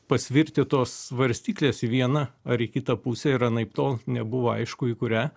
pasvirti tos svarstykles į vieną ar į kitą pusę ir anaiptol nebuvo aišku į kurią